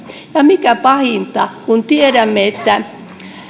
ja mikä pahinta tiedämme että